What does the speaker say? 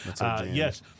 yes